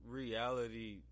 reality